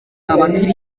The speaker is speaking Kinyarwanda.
abakiristu